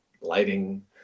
lighting